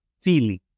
feeling